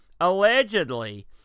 allegedly